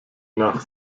nach